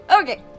Okay